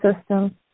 system